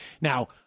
Now